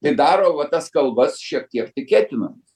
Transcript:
tai daro va tas kalbas šiek tiek tikėtinomis